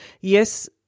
yes –